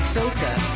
Filter